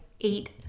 eight